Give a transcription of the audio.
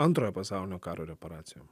antrojo pasaulinio karo reparacijom